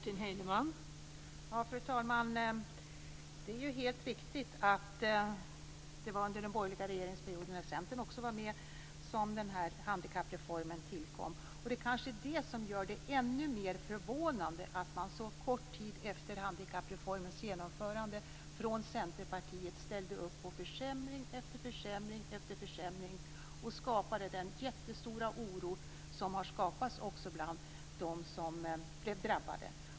Fru talman! Det är helt riktigt att det var under den borgerliga regeringsperioden då Centern också var med som handikappreformen tillkom. Det är kanske det som gör det ännu mer förvånande att man från Centerpartiet så kort tid efter handikappreformens genomförande ställde upp på försämring efter försämring efter försämring. Det skapade en jättestor oro bland de drabbade.